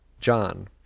John